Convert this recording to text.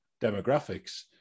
demographics